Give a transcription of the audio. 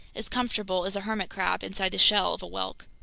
as comfortable as a hermit crab inside the shell of a whelk.